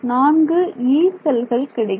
4 'யீ' செல்கள் கிடைக்கும்